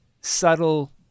subtle